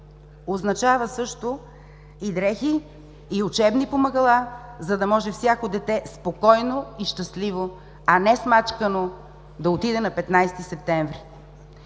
означава също и дрехи, и учебни помагала, за да може всяко дете спокойно и щастливо, а не смачкано, да отиде на 15 септември.